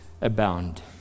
abound